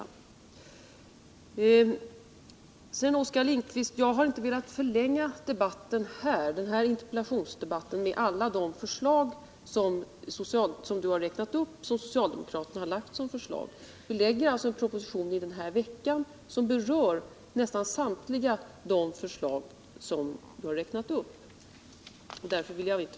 Jag har inte, Oskar Lindkvist, velat förlänga den här interpellationsdebatten med att ta upp alla de socialdemokratiska förslag som räknats upp. Vi framlägger som sagt en proposition i den här veckan som berör nästan samtliga dessa förslag.